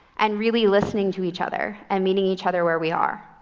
and really listening to each other and meeting each other where we are.